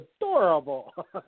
adorable